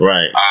Right